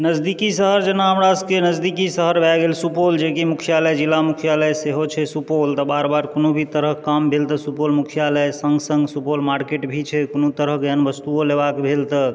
नजदीकी शहर जेना हमरा सबकेँ नजदीकी शहर भए गेल सुपौल जेकि मुख्यालय जिला मुख्यालय सेहो छै सुपौल तऽ बार बार कोनो भी तरहक काम भेल तऽ सुपौल मुख्यालय सङ्ग सङ्ग सुपौल मार्केट भी छै कोनो तरहकेँ एहन वस्तुओ लेबाक भेल तऽ